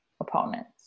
opponents